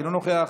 אינו נוכח,